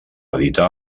editar